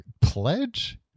pledge